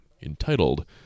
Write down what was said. Entitled